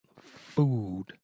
food